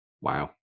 Wow